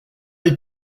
les